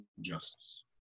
justice